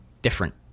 Different